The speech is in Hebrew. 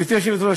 גברתי היושבת-ראש,